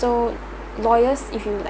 so lawyers if you like